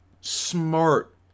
smart